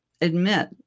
admit